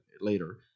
later